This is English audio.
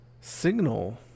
signal